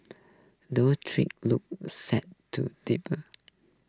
those tree look set to deepen